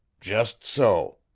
just so,